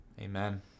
Amen